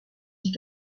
dit